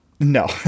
No